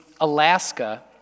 Alaska